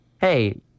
hey